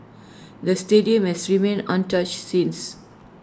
the stadium has remained untouched since